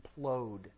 implode